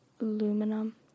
aluminum